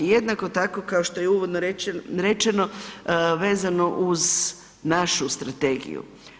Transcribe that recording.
Jednako tako kao što je i uvodno rečeno vezano uz našu strategiju.